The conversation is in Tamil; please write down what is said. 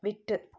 விட்டு